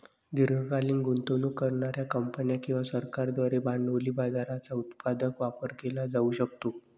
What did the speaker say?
दीर्घकालीन गुंतवणूक करणार्या कंपन्या किंवा सरकारांद्वारे भांडवली बाजाराचा उत्पादक वापर केला जाऊ शकतो